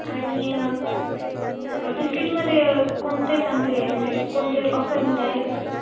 आणि बिस्किटमध्ये कोणते चांगले म्हणजे कोणते ऑफरमध्ये आहे का